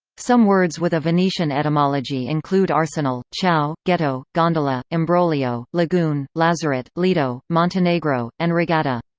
some words with a venetian etymology include arsenal, ciao, ghetto, gondola, imbroglio, lagoon, lazaret, lido, montenegro, and regatta.